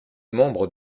membre